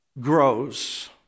grows